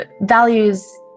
values